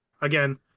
again